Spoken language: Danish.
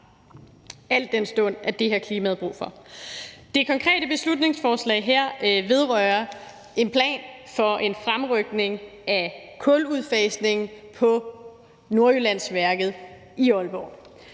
al den stund at det har klimaet brug for. Det konkrete beslutningsforslag her vedrører en plan for en fremrykning af kuludfasningen på Nordjyllandsværket i Aalborg.